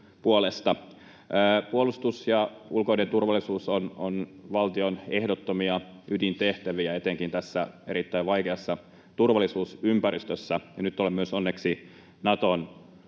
Puolustus ja ulkoinen turvallisuus ovat valtion ehdottomia ydintehtäviä etenkin tässä erittäin vaikeassa turvallisuusympäristössä, ja nyt olemme onneksi myös Naton